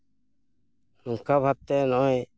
ᱱᱚᱝᱠᱟ ᱵᱷᱟᱵᱽᱛᱮ ᱱᱚᱜᱼᱚᱭ